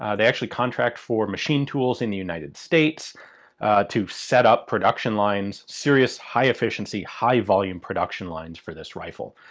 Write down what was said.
um they actually contract for machine tools in the united states to set up production lines, serious high efficiency, high volume production lines for this rifle.